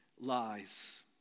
lies